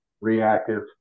reactive